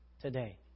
today